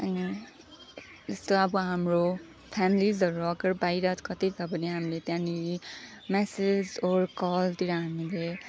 अनि जस्तो अब हाम्रो फेमिलिसहरू अगर बाहिर कतै छ भने हामीले त्यहाँनेरि म्यासेज ओर कलतिर हामीले